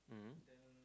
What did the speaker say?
mmhmm